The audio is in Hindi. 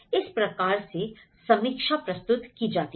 इस प्रकार से समीक्षा प्रस्तुत की जाती है